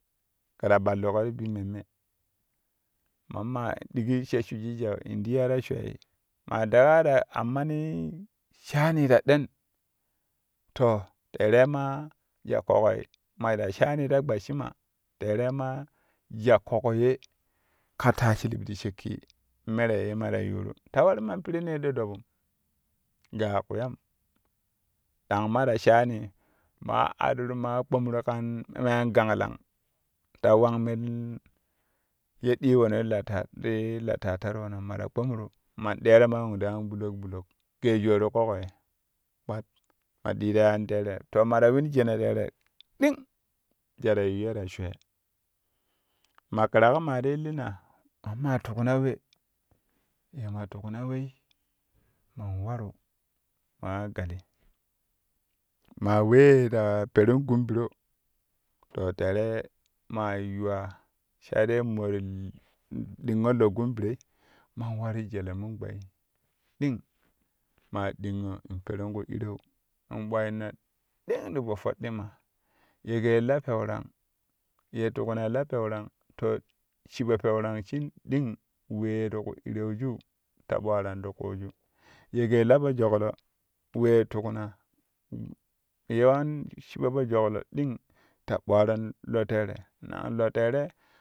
Kɛ ra ɓalluƙo ti bi memme mamma ɗigi she shwiji jwal in ti ya ta shwee maa teƙa ya ta ammani shaani ta ɗen to terei maa jwal ƙoƙoi ma ta shaani ta gbasshima terei maa jwal ƙoƙo ye ka taa shilib ti shakki mere ye ma ta yuuru ta warinman piree a ɗoo dobum ga kpiya, ɗang ma ta shaani maa aɗuru maa kpomi kaan me an ganglang ta wang me ti ye ɗii wono ti lat tii latatar wono ma ta kpomru man ɗeeroma won ti amɓuloɓlok gee joori ƙoƙo ye kpat ma ɗiin ta yaani tere to ma ta win jene tere ɗing jwal ta yiyyo ta shwee ma ƙuraƙo ronaa ti illina mammaa tukna we mamaa tukna wei man waru maa gali maa wee ta peru gun biro to tere maa yuwa sai dai mo ti ɗingƙo lo gun biroi man warin jele mun gbe ɗing maa ɗingƙoo in perin ku irow man ɓwayinna ɗing ti po foɗɗima ye kɛ la pewrang ye tuknai la pewrang to shuɓo pewrang shin ɗing ye ti ku irowju ta ɓwarani ti kuuju ye kɛ la pojaklo wee tukna yiwan shiɓo pojoklo ɗing te ɓwararon lo tere lo tere.